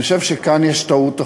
אני חושב שכאן יש טעות אחת.